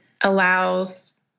allows